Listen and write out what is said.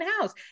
house